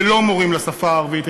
ולא מורים לשפה הערבית,